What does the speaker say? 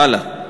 הלאה.